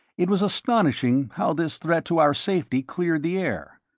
it was astonishing how this threat to our safety cleared the air.